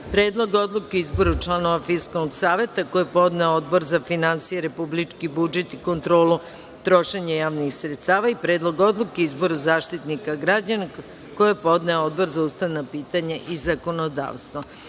Predlog odluke o izboru članova Fiskalnog saveta, koji je podneo Odbor za finansije, republički budžet i kontrolu trošenja javnih sredstava;3. Predlog odluke o izboru Zaštitnika građana koji je podneo Odbor za ustavna pitanja i zakonodavstvo. Narodni